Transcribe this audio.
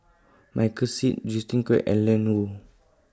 Michael Seet Justin Quek and Lan Woo